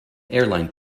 airline